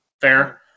Fair